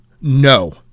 no